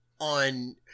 on